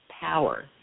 power